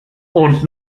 und